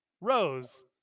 Rose